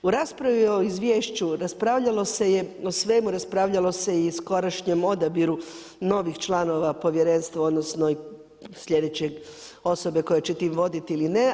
U raspravi o izvješću, raspravljalo se je o svemu, raspravljalo se i skorašnjem odabiru novih članova povjerenstva, odnosno i sljedeće osobe koja će tim voditi ili ne.